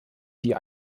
die